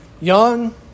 Young